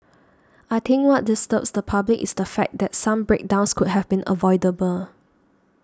I think what disturbs the public is the fact that some breakdowns could have been avoidable